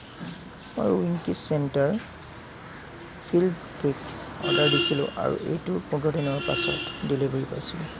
মই Winkies centre filled cake order দিছিলোঁ আৰু এইটোৰ পোন্ধৰ দিনৰ পাছত ডেলিভাৰী পাইছিলোঁ